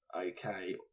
Okay